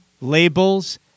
labels